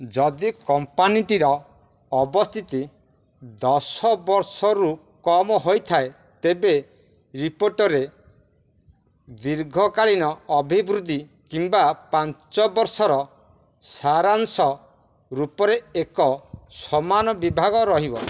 ଯଦି କମ୍ପାନୀଟିର ଅବସ୍ଥିତି ଦଶ ବର୍ଷରୁ କମ୍ ହୋଇଥାଏ ତେବେ ରିପୋର୍ଟରେ ଦୀର୍ଘକାଳୀନ ଅଭିବୃଦ୍ଧି କିମ୍ବା ପାଞ୍ଚ ବର୍ଷର ସାରାଂଶ ରୂପରେ ଏକ ସମାନ ବିଭାଗ ରହିବ